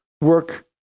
work